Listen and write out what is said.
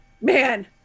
Man